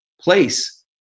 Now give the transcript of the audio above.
place